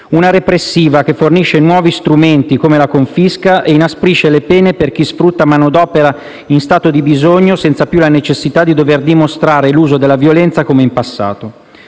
una repressiva, che fornisce nuovi strumenti - come la confisca - e inasprisce le pene per chi sfrutta manodopera in stato di bisogno senza più la necessità di dover dimostrare l'uso della violenza come in passato;